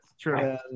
True